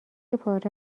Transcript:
پاره